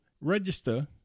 register